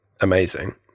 amazing